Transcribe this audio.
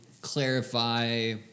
clarify